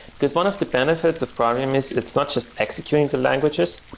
because one of the benefits of graalvm is it's not just executing the languages,